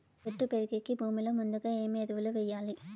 చెట్టు పెరిగేకి భూమిలో ముందుగా ఏమి ఎరువులు వేయాలి?